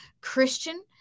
Christian